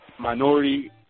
minority